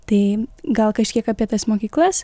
tai gal kažkiek apie tas mokyklas